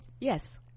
Yes